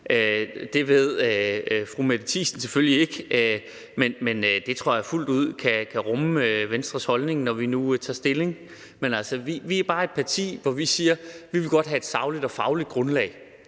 det ved fru Mette Thiesen selvfølgelig ikke – tror jeg fuldt ud kan rumme Venstres holdning, når vi nu skal tage stilling til det. Men altså, vi er bare et parti, der siger, at vi godt vil have et sagligt og fagligt grundlag